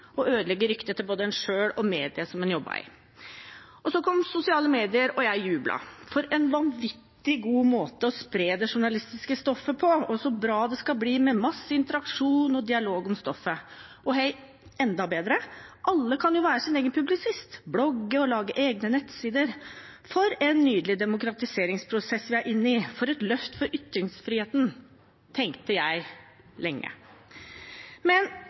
og ødelegge ryktet til både seg selv og mediet man jobbet i. Så kom sosiale medier, og jeg jublet: for en vanvittig god måte å spre det journalistiske stoffet på, og så bra det skal bli med masse interaksjon og dialog om stoffet. Og enda bedre: Alle kan jo være sin egen publisist, blogge og lage egne nettsider. For en nydelig demokratiseringsprosess vi er inne i, for et løft for ytringsfriheten, tenkte jeg – lenge. Men